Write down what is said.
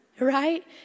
right